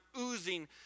oozing